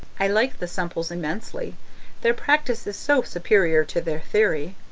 i like the semples immensely their practice is so superior to their theory.